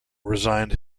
resigned